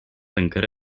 encara